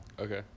Okay